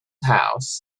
house